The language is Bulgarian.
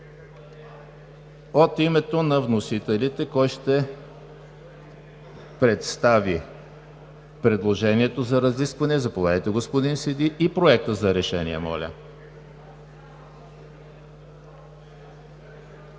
От името на вносителите кой ще представи предложението за разискване? Заповядайте, господин Сиди. И Проектът за решение, моля.